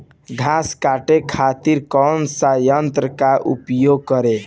घास काटे खातिर कौन सा यंत्र का उपयोग करें?